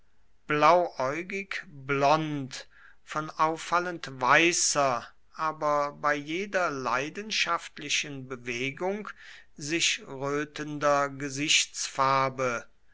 blauäugig blond von auffallend weißer aber bei jeder leidenschaftlichen bewegung sich rötender gesichtsfarbe